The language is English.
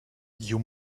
you